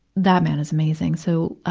that man is amazing! so, ah,